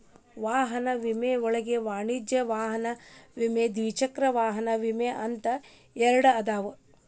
ವಾಹನ ವಿಮೆ ಒಳಗ ವಾಣಿಜ್ಯ ವಾಹನ ವಿಮೆ ದ್ವಿಚಕ್ರ ವಾಹನ ವಿಮೆ ಅಂತ ಎರಡದಾವ